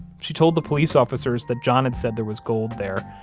she told the police officers that john had said there was gold there,